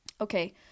okay